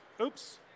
Oops